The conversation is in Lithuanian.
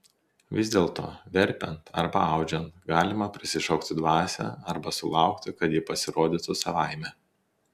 vis dėlto verpiant arba audžiant galima prisišaukti dvasią arba sulaukti kad ji pasirodytų savaime